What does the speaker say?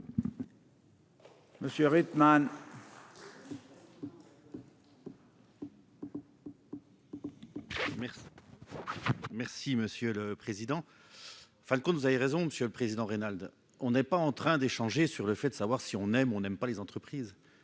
Monsieur. Merci, merci Monsieur le Président, fin de compte, vous avez raison, monsieur le président, Raynald, on n'est pas en train d'échanger sur le fait de savoir si on aime ou on n'aime pas les entreprises,